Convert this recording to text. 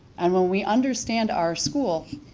and when we understand our school,